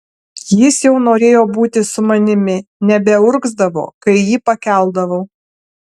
jis jau norėjo būti su manimi nebeurgzdavo kai jį pakeldavau